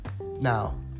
Now